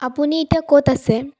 আপুনি এতিয়া ক'ত আছে